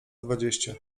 dwadzieścia